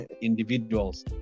individuals